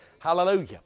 Hallelujah